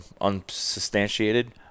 unsubstantiated